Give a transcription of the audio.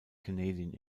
canadian